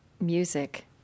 music